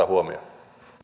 huomioon